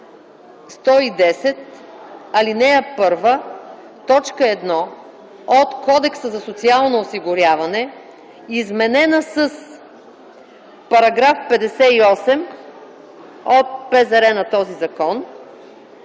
1, т. 1 от Кодекса за социално осигуряване, изменена с § 58 от ПЗР на този закон,